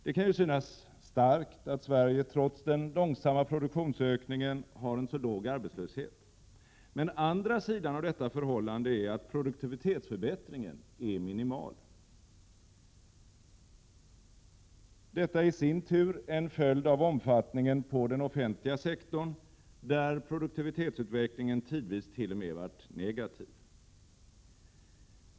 Det kan synas starkt att Sverige trots den långsamma produktionsökningen har en så låg arbetslöshet. Men andra sidan av detta förhållande är att produktivitetsförbättringen är minimal. Detta är i sin tur en följd av omfattningen på den offentliga sektorn, där produktivitetsutvecklingen tidvis t.o.m. varit negativ.